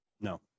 No